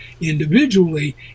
individually